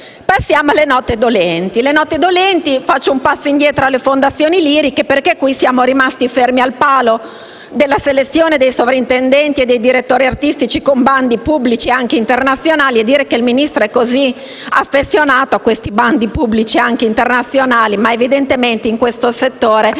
Passiamo alle note dolenti. Per quanto riguarda le fondazioni lirico-sinfoniche siamo rimasti fermi al palo della selezione dei sovrintendenti e dei direttori artistici con bandi pubblici anche internazionali; e dire che il Ministro è così affezionato a questi bandi pubblici anche internazionali, ma evidentemente, in questo settore, sono altre